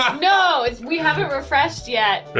no, it's we haven't refreshed yet.